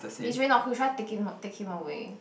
he's really not cute should I take him take him away